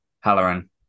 Halloran